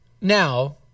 Now